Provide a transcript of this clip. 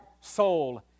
soul